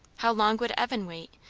how long would evan wait,